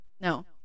no